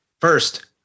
First